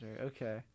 okay